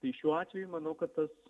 tai šiuo atveju manau kad tas